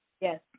Yes